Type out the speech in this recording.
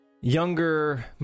younger